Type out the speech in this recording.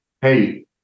Hey